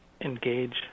engage